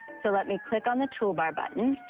so let me click on the toolbar button,